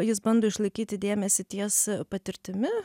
jis bando išlaikyti dėmesį ties patirtimi